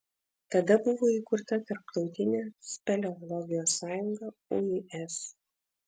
tada buvo įkurta tarptautinė speleologijos sąjunga uis